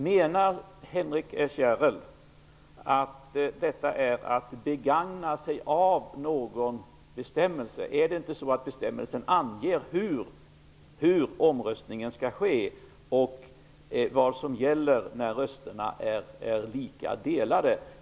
Menar Henrik S Järrel att detta är att begagna sig av någon bestämmelse? Är det inte så att bestämmelsen anger hur omröstningen skall ske och vad som gäller när rösterna är lika delade?